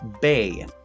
bay